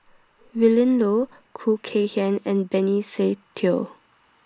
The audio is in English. Willin Low Khoo Kay Hian and Benny Se Teo